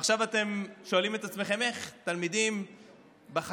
ועכשיו אתם שואלים את עצמכם איך תלמידים בחטיבה,